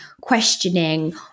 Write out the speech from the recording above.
questioning